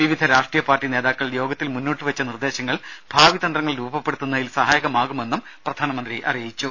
വിവിധ രാഷ്ട്രീയ പാർട്ടി നേതാക്കൾ യോഗത്തിൽ മുന്നോട്ടുവെച്ച നിർദേശങ്ങൾ ഭാവിതന്ത്രങ്ങൾ രൂപപ്പെടുത്തുന്നതിൽ സഹായകമാകുമെന്നും പ്രധാനമന്ത്രി പറഞ്ഞു